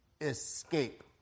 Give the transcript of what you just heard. escape